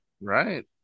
right